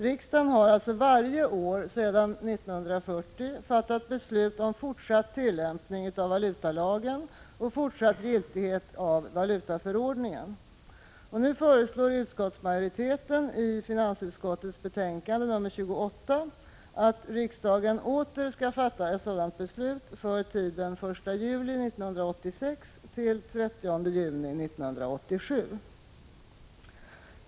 Riksdagen har således varje år sedan 1940 fattat beslut om fortsatt tillämpning av valutalagen och fortsatt giltighet av valutaförordningen. Utskottsmajoriteten föreslår nu i finansutskottets betänkande nr 28 att riksdagen åter skall fatta ett sådant beslut för tiden den 1 juli 1986 till den 30 juni 1987.